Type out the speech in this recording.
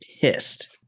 pissed